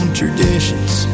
traditions